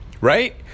Right